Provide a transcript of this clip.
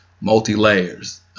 Multi-layers